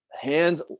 hands